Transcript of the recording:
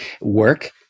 work